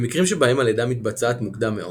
במקרים שבהם הלידה מתבצעת מוקדם מאוד,